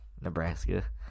Nebraska